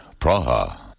Praha